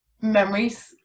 memories